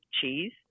cheese